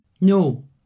No